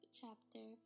chapter